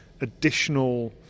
additional